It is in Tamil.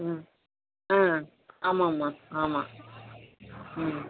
ம் ஆ ஆமாம் ஆமாம் ஆமாம் ம்